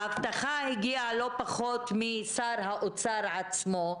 וההבטחה הגיעה לא פחות מאשר משר האוצר עצמו.